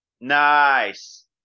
Nice